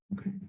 Okay